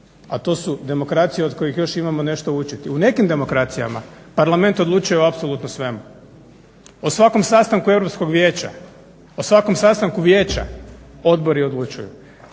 a to su demokracije od kojih još imamo nešto učiti. U nekim demokracijama Parlament odlučuje o apsolutno svemu, o svakom sastanku Europskog vijeća, o svakom sastanku vijeća odbori odlučuju.